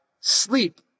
sleep